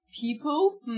people